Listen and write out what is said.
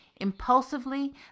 Impulsively